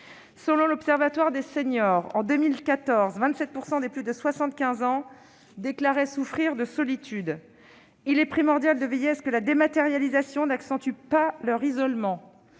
Selon l'Observatoire des seniors, en 2014, 27 % des plus de 75 ans déclaraient souffrir de solitude. Il est primordial de veiller à ce que la dématérialisation n'accentue pas leur isolement.